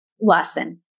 lesson